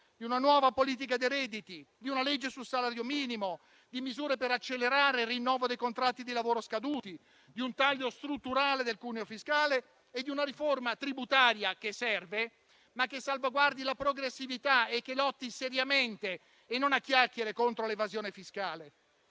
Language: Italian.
di una nuova politica dei redditi, di una legge sul salario minimo, di misure per accelerare rinnovo dei contratti di lavoro scaduti, di un taglio strutturale del cuneo fiscale e di una riforma tributaria che serve, ma che salvaguardi la progressività e lotti seriamente e non a chiacchiere contro l'evasione fiscale.